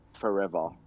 forever